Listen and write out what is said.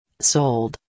Sold